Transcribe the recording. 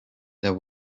there